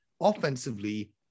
offensively